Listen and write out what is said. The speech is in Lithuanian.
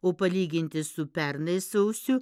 o palyginti su pernai sausiu